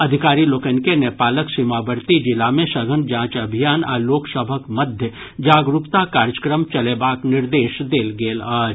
अधिकारी लोकनि के नेपालक सीमावर्ती जिला मे सघन जांच अभियान आ लोक सभक मध्य जागरूकता कार्यक्रम चलेबाक निर्देश देल गेल अछि